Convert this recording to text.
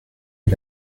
est